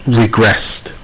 regressed